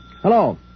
Hello